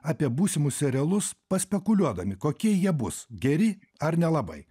apie būsimus serialus paspekuliuodami kokie jie bus geri ar nelabai